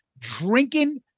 drinking